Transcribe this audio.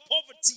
poverty